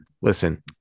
listen